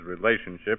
relationship